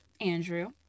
andrew